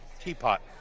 teapot